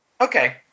okay